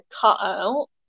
cutout